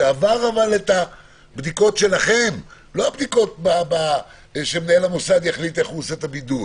שעבר את הבדיקות שלכם לא שמנהל המוסד יחליט איך הוא עושה את הבידוד,